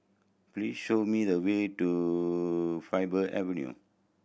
please show me the way to Faber Avenue